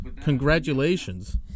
Congratulations